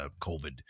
COVID